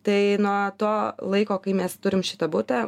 tai nuo to laiko kai mes turim šitą butą